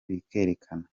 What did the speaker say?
bikerekana